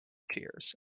tears